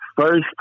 first